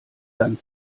dann